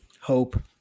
Hope